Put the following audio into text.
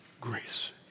grace